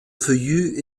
feuillus